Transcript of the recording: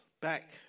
back